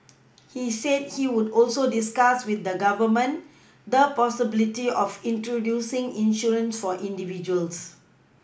he said he would also discuss with the Government the possibility of introducing insurance for individuals